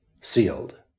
sealed